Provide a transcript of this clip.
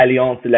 Alliance